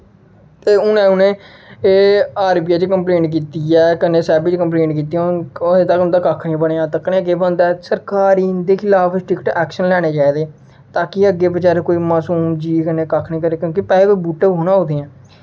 ते हून उ'नें आर बी आई च कम्पलेन कीती ऐ कन्नै साइबर च कम्पलेन कीती ऐ अजें तक उं'दा कक्ख निं बनेआ तक्कनेआं केह् बनदा ऐ सरकार गी इं'दे खलाफ स्ट्रिक्ट एक्शन लैना चाहिदा ताकि अग्गें बचारे कोई मासूम जीऽ कन्नै कक्ख निं करै क्योंकि पैसे कोई बूह्टे पर थोह्ड़ी ना उग्गदियां